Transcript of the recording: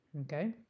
Okay